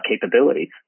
capabilities